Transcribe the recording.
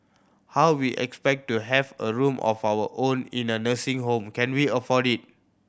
how we expect to have a room of our own in a nursing home can we afford it